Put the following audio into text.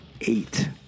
eight